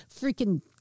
freaking